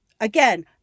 again